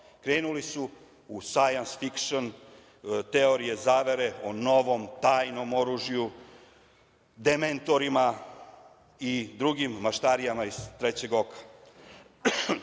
krenuli su u „sajans fikšn“, teorije zavere o novom tajnom oružju, dementorima i drugim maštarijama iz „Trećeg oka“.